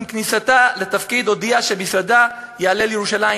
עם כניסתה לתפקיד הודיעה שמשרדה יעלה לירושלים,